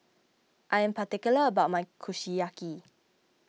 I am particular about my Kushiyaki